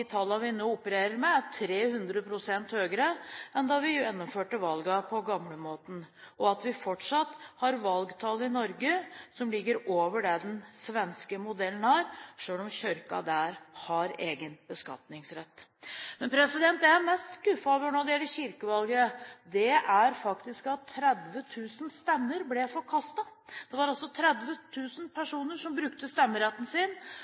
de tallene vi nå opererer med, er 300 pst. høyere enn da vi gjennomførte valgene på gamlemåten, og at vi fortsatt har valgtall i Norge som ligger over det den svenske modellen har, selv om kirken der har egen beskatningsrett. Men det jeg er mest skuffet over når det gjelder kirkevalget, er faktisk at 30 000 stemmer ble forkastet. Det var altså 30 000 personer som brukte stemmeretten sin,